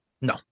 No